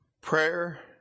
Prayer